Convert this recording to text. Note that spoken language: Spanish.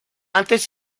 antes